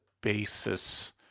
basis